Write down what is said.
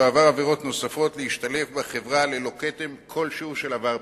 עבר עבירות נוספות להשתלב בחברה ללא כתם כלשהו של עבר פלילי.